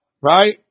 Right